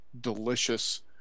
delicious